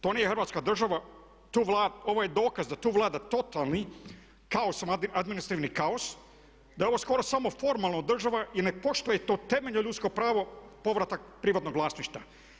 To nije Hrvatska država, ovo je dokaz da tu vlada totalni kaos, administrativni kaos, da je ovo skoro samo formalno država i ne poštuje to temeljno ljudsko pravo povratak privatnog vlasništva.